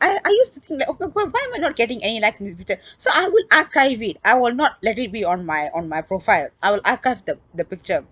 I I used to think that oh wh~ wh~ why am I not getting any likes in this picture so I will archive it I will not let it be on my on my profile I will archive the the picture